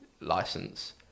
license